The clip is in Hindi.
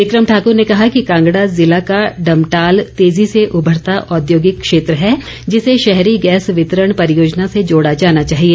विक्रम ठाकर ने कहा कि कांगड़ा जिला का डमटाल तेजी से उभरता औद्योगिंक क्षेत्र है जिसे शहरी गैस वितरण परियोजना से जोडा जाना चाहिए